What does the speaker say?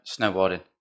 snowboarding